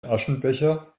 aschenbecher